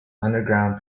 underground